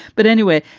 but anyway,